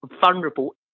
vulnerable